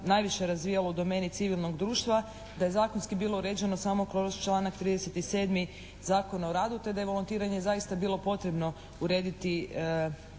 najviše razvijalo u domeni civilnog društva, da je zakonski bilo rečeno samo kroz članak 37. Zakona o radu te da je volontiranje zaista bilo potrebno urediti